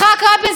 מותר,